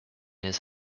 his